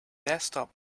desktop